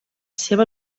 seva